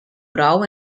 prou